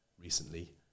recently